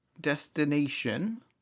destination